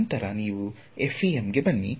ನಂತರ ನೀವು FEM ಗೆ ಬನ್ನಿ